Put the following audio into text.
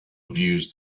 views